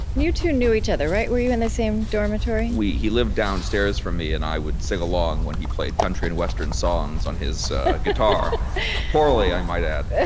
you two knew each other, right? were you in the same dormitory? he lived downstairs from me, and i would sing along when he played country-and-western songs on his guitar poorly, i might add.